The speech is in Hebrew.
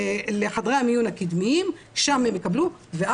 לחדרי המיון הקדמיים שם הם יקבלו טיפול',